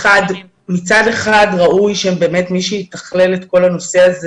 שמצד אחד ראוי שבאמת מי שיתכלל את כל הנושא הזה,